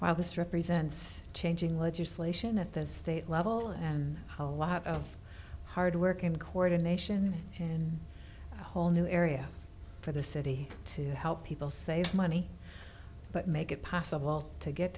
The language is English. while this represents changing legislation at the state level and a lot of hard work and coordination in whole new area for the city to help people save money but make it possible to get